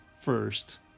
first